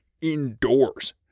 indoors